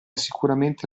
sicuramente